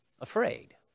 afraid